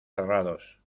cerrados